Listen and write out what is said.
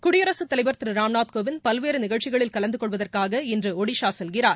குடியரகத் தலைவர் திரு ராம்நாத் கோவிந்த் பல்வேறு நிகழ்ச்சிகளில் கலந்து கொள்வதற்காக இன்று ஒடிஸா செல்கிறார்